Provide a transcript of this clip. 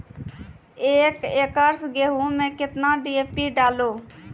एक एकरऽ गेहूँ मैं कितना डी.ए.पी डालो?